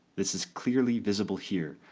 this is clearly visible here,